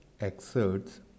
exerts